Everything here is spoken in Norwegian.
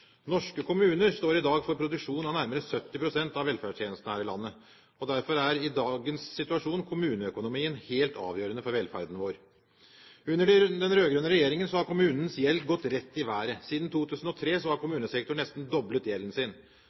Norske kommuner står i dag for produksjon av nærmere 70 pst. av velferdstjenestene her i landet. Derfor er i dagens situasjon kommuneøkonomien helt avgjørende for velferden vår. Under den rød-grønne regjeringen har kommunenes gjeld gått rett i været. Siden 2003 har kommunesektoren nesten doblet gjelden sin.